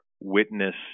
witness